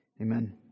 Amen